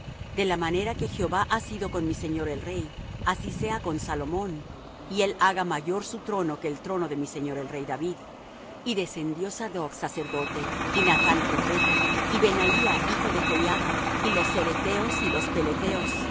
de la manera que jehová ha sido con mi señor el rey así sea con salomón y él haga mayor su trono que el trono de mi señor el rey david y descendió sadoc sacerdote y nathán profeta y benaía hijo de joiada y los ceretheos y los